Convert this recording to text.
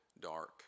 dark